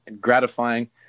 gratifying